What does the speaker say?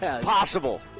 possible